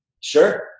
Sure